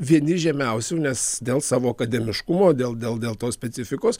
vieni žemiausių nes dėl savo akademiškumo dėl dėl dėl tos specifikos